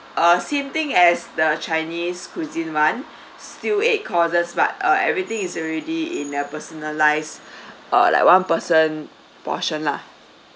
uh same thing as the chinese cuisine [one] still eight courses but uh everything is already in a personalised uh like one person portion lah